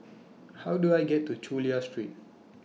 How Do I get to Chulia Street